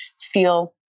feel